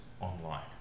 online